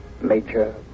Major